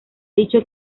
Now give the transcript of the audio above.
dicho